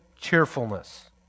cheerfulness